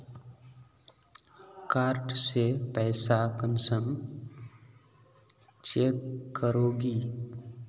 Card से पैसा कुंसम चेक करोगी?